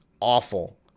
awful